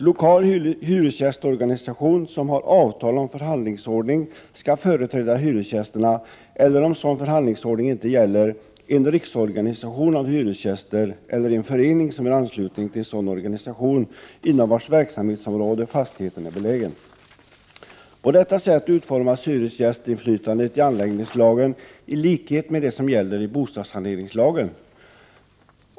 Lokal hyresgästorganisation som har avtal om förhandlingsordning skall företräda hyresgästerna eller, om sådan förhandlingsordning inte gäller, en riksorganisation av hyresgäster eller en förening som är ansluten till sådan organisation inom vars verksamhetsområde fastigheten är belägen. På detta sätt utformas hyresgästinflytandet i anläggningslagen i likhet med det som gäller bostadssaneringslagen.